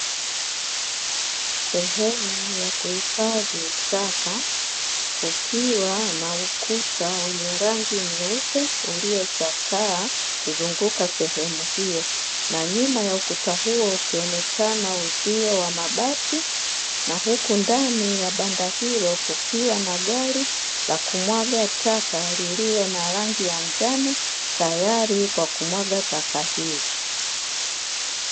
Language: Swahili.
Sehemu ya kuhifadhi taka kukiwa na ukuta wemye rango nyeupe uliochakaa , kuzunguka sehemu hiyo na nyuma ya ukuta huo ukionekana uzio wa mabati na huku ndani ya banda hilo kukiwa na gari la kumwaga taka lililo na rangi ya njano tayari kwa kumwaga taka hizo.